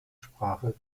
sprache